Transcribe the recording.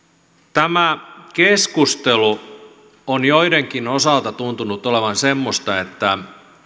tämä keskustelu on joidenkin osalta tuntunut olevan semmoista että